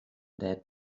dead